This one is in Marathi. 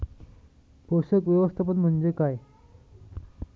पोषक व्यवस्थापन म्हणजे काय?